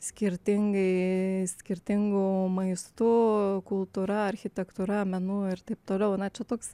skirtingai skirtingu maistu kultūra architektūra menu ir taip toliau na čia toks